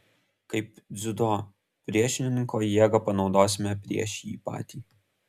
kaip dziudo priešininko jėgą panaudosime prieš jį patį